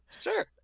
Sure